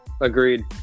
Agreed